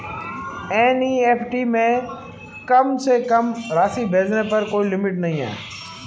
NEFT में कम से कम राशि भेजने पर कोई लिमिट नहीं है